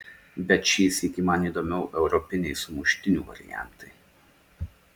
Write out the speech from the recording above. bet šį sykį man įdomiau europiniai sumuštinių variantai